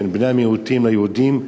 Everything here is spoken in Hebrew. בין בני-המיעוטים ליהודים?